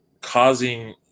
causing